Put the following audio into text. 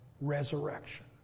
resurrection